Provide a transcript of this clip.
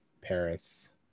Paris